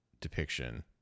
depiction